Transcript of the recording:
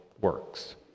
works